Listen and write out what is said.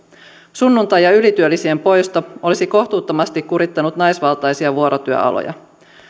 sunnuntai ja ylityölisien poisto olisi kohtuuttomasti kurittanut naisvaltaisia vuorotyöaloja